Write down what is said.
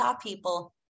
people